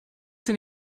denn